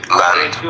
land